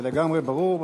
זה לגמרי ברור,